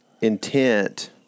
intent